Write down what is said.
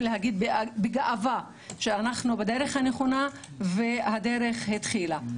להגיד בגאווה שאנחנו בדרך הנכונה והדרך התחילה.